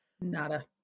Nada